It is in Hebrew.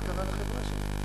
מה קרה לחברה שלי?